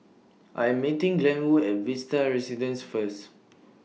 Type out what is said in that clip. I Am meeting Glenwood At Vista Residences First